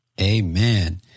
Amen